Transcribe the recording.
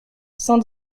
cent